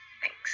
thanks